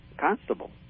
Constable